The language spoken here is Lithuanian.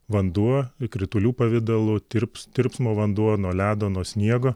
vanduo ir kritulių pavidalu tirps tirpsmo vanduo nuo ledo nuo sniego